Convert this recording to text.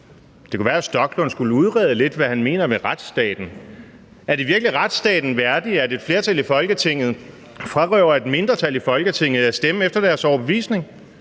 Det kunne være, hr. Stoklund skulle udrede lidt, hvad han mener med retsstaten. Er det virkelig retsstaten værdigt, at et flertal i Folketinget frarøver et mindretal i Folketinget det at stemme efter deres overbevisning?